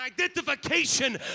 identification